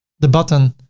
the button,